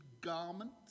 garments